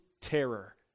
terror